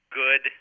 good